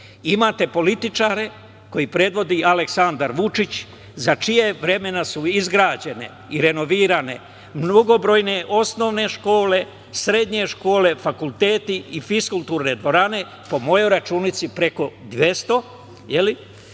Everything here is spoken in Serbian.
imate političare koje predvodi Aleksandar Vučić za čije vreme su izgrađene i renovirane mnogobrojne osnovne škole, srednje škole, fakulteti i fiskulturne dvorane. Po mojoj računici preko 200, za